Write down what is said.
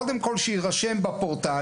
קודם כול שיירשם בפורטל,